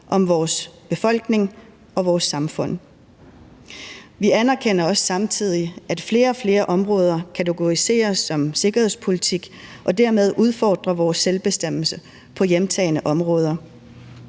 om vores befolkning og vores samfund. Vi anerkender også samtidig, at flere og flere områder kategoriseres som sikkerhedspolitik, og dermed udfordres vores selvbestemmelse på hjemtagne områder.